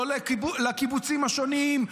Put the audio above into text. לא לקיבוצים השונים,